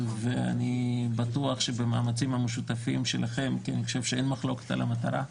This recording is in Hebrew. ואני בטוח שבמאמצים המשותפים שלכם כי אני חושב שאין מחלוקת על המטרה,